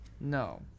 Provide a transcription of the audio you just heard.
No